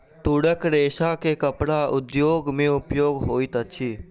तूरक रेशा के कपड़ा उद्योग में उपयोग होइत अछि